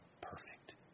perfect